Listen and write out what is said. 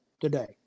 today